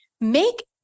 make